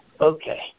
Okay